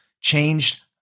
changed